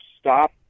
stop